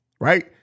right